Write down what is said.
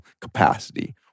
capacity